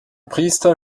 priester